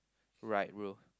right bro